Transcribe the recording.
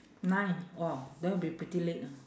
nine !wah! that will be pretty late ah